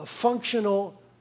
functional